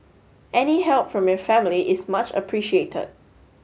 any help from your family is much appreciated